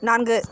நான்கு